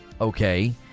Okay